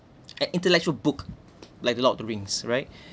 an intellectual book like lord of the rings right